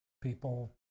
people